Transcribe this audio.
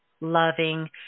loving